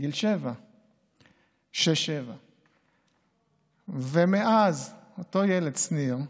גיל 7-6. מאז אותו ילד, שניר,